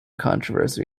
controversy